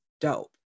dope